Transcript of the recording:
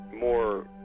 more